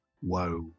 whoa